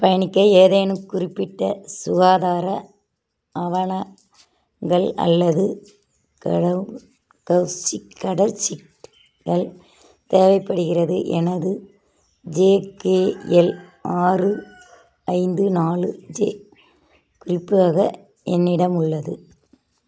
பயணிக்க ஏதேனும் குறிப்பிட்ட சுகாதார ஆவானங்கள் அல்லது கடவு க சீ கடவுச்சீட்டுகள் தேவைப்படுகிறது எனது ஜேகேஎல் ஆறு ஐந்து நாலு ஜி குறிப்புக்காக என்னிடம் உள்ளது